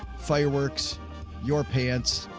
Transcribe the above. fireworks your pants,